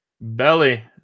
Belly